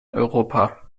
europa